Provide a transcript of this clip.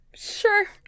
Sure